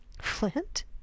Flint